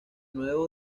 nuevo